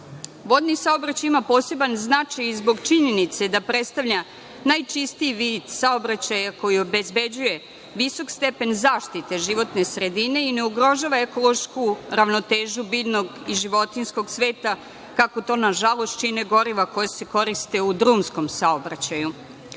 važan. Vodni saobraćaj ima poseban značaj i zbog činjenice da predstavlja najčistiji vid saobraćaja koji obezbeđuje visok stepen zaštite životne sredine i ne ugrožava ekološku ravnotežu biljnog i životinjskog sveta, kako to nažalost čine goriva koja se koriste u drumskom saobraćaju. Polazeći